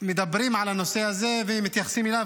ומדברים על הנושא הזה ומתייחסים אליו,